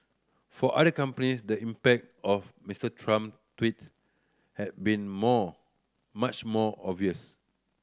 for other companies the impact of Mister Trump tweets has been more much more obvious